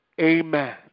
amen